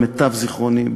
למיטב זיכרוני,